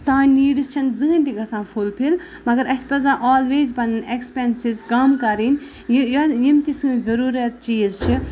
سانہِ نیٖڈٕس چھےٚ نہٕ زٕہنۍ تہِ گژھان فوٚل فِل مَگر اَسہِ پَزن آلویز پَنٕنی ایٚکٕسپینسِز کَم کَرٕنۍ یِم تہِ سٲنۍ ضروٗرت چیٖز چھِ